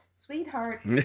Sweetheart